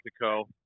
Mexico